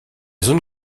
zone